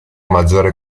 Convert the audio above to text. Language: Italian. maggiore